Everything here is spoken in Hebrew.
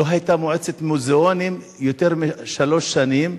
לא היתה מועצת מוזיאונים יותר משלוש שנים,